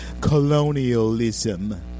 colonialism